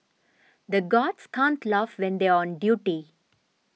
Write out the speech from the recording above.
the guards can't laugh when they are on duty